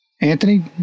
Anthony